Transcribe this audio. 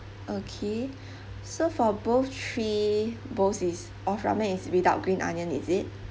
okay so for both three bowls is of ramen is without green onion is it